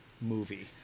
movie